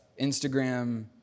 Instagram